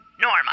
Norma